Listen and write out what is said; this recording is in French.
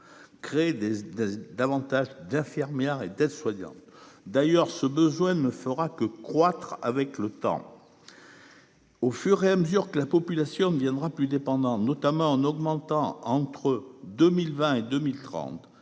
créer des davantage d'infirmières et d'aides-soignantes d'ailleurs ce besoin de ne fera que croître avec le temps. Au fur et à mesure que la population ne viendra plus dépendants, notamment en augmentant entre 2020 et 2030,